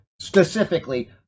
specifically